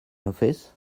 office